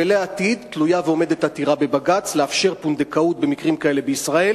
ולעתיד תלויה ועומדת עתירה בבג"ץ לאפשר פונדקאות במקרים כאלה בישראל,